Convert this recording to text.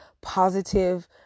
positive